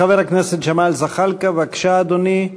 חבר הכנסת ג'מאל זחאלקה, בבקשה, אדוני,